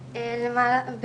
שנים,